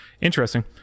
Interesting